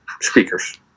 speakers